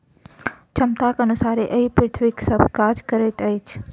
क्षमताक अनुसारे एहि पृथ्वीक सभ प्राणी काज करैत अछि